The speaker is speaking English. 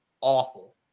awful